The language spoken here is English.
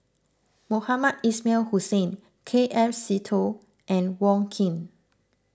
Mohamed Ismail Hussain K F Seetoh and Wong Keen